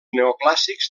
neoclàssics